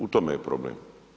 U tome je problem.